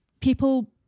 People